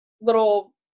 little